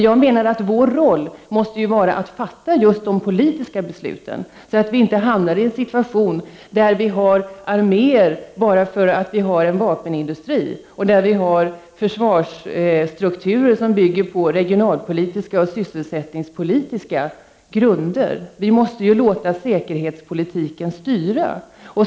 Jag menar att vår roll måste vara just att fatta de politiska besluten, så att viinte hamnar i en situation där vi har arméer bara för att vi har en vapenindustri och där vi har försvarsstrukturer som bygger på regionalpolitiska och sysselsättningspolitiska grunder. Vi måste låta säkerhetspolitiken styra.